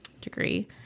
degree